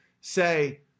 say